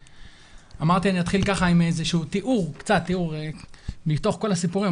אמרתי, אני אתחיל עם תיאור, מתוך כל הסיפורים.